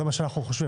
זה מה שאנחנו חושבים.